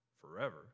forever